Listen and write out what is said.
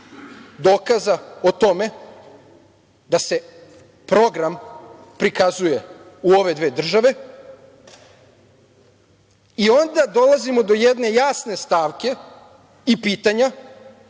dokaza o tome da se program prikazuje u ove dve države. Onda dolazimo do jedne jasne stavke i pitanja